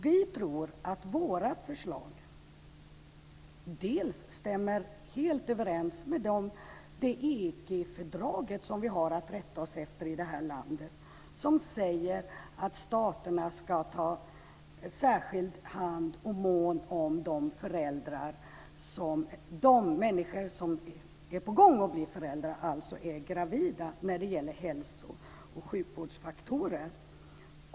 Vi tror att våra förslag stämmer helt överens med det EG-fördrag som vi har att rätta oss efter i det här landet. Det säger att staterna ska ta särskilt hand om och måna om de människor som är gravida beträffande hälso och sjukvårdsfaktorer.